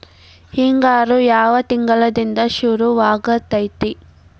ಹಿಂಗಾರು ಯಾವ ತಿಂಗಳಿನಿಂದ ಶುರುವಾಗತೈತಿ?